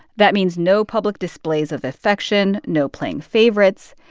that means no public displays of affection, no playing favorites.